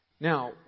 Now